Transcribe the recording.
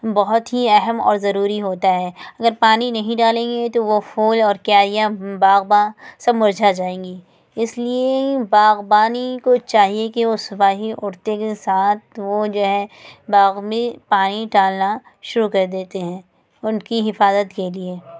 بہت ہی اہم اور ضروری ہوتا ہے اگر پانی نہیں ڈالیں گے تو وہ پھول اور کیاریاں باغباں سب مرجھا جائیں گی اس لیے باغبانی کو چاہیے کہ وہ صبح ہی اٹھتے کے ساتھ وہ جو ہے باغ میں پانی ڈالنا شروع کر دیتے ہیں ان کی حفاظت کے لیے